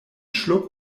schluck